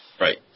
Right